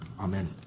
Amen